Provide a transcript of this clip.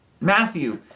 Matthew